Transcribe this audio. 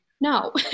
No